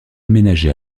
aménagé